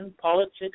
politics